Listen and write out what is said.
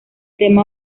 tema